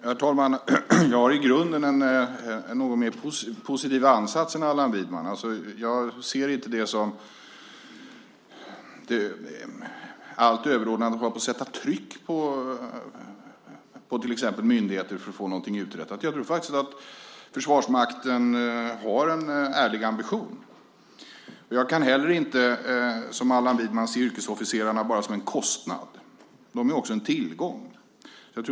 Fru talman! Jag har i grunden en något mer positiv ansats än Allan Widman. Jag ser inte det som det allt överordnade att sätta tryck på till exempel myndigheter för att få något uträttat. Jag tror faktiskt att Försvarsmakten har en ärlig ambition. Jag kan heller inte, som Allan Widman, se yrkesofficerarna som en kostnad. De är också en tillgång.